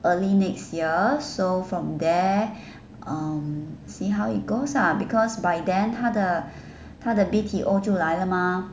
early next year so from there um see how it goes lah because by then 她的她的 B_T_O 就来了吗